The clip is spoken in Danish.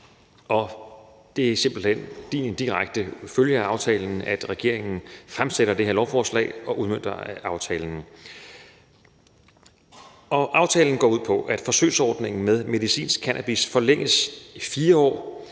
det er simpelt hen en direkte følge af aftalen, at regeringen fremsætter det her lovforslag og udmønter aftalen. Aftalen går ud på, at forsøgsordningen med medicinsk cannabis forlænges i 4 år,